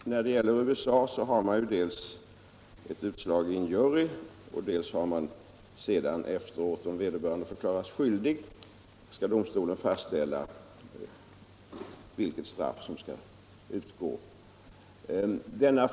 Herr talman! När det gäller USA har man först ett utslag i en jury, och sedan, om vederbörande förklaras skyldig, skall domstolen fastställa vilket straff som skall utmätas.